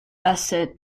asset